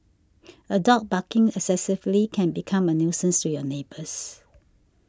a dog barking excessively can become a nuisance to your neighbours